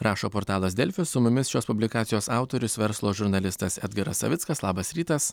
rašo portalas delfi su mumis šios publikacijos autorius verslo žurnalistas edgaras savickas labas rytas